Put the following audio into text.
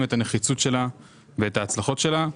את הנחיצות שלה ואת ההצלחות שלה.